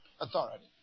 authority